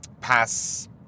pass